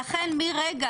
ולכן, מרגע